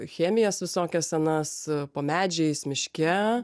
chemijas visokias senas po medžiais miške